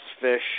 fish